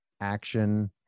action